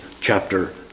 chapter